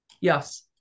Yes